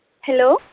hello